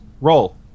roll